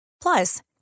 Plus